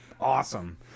awesome